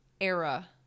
Era